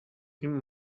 این